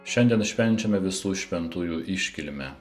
šiandien švenčiame visų šventųjų iškilmę